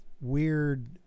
weird